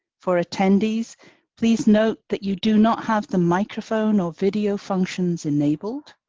for attendees please note that you do not have the microphone, nor video functions enabled.